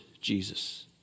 Jesus